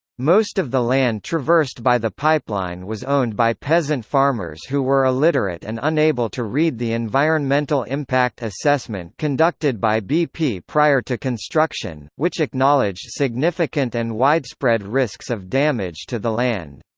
most of the land traversed by the pipeline was owned by peasant farmers who were illiterate and unable to read the environmental impact assessment conducted by bp prior to construction, which acknowledged significant and widespread risks of damage to the land.